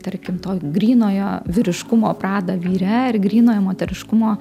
tarkim to grynojo vyriškumo pradą vyre ir grynojo moteriškumo